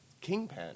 Kingpin